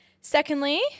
Secondly